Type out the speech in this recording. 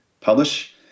publish